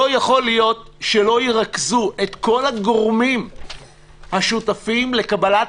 לא יכול להיות שלא ירכזו את כל הגורמים השותפים לקבלת